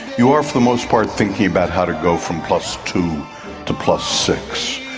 you are for the most part thinking about how to go from plus two to plus six.